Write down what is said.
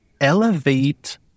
elevate